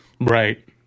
Right